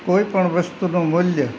કોઈપણ વસ્તુનું મૂલ્ય